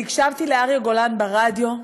אני הקשבתי לאריה גולן ברדיו,